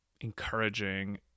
encouraging